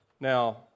Now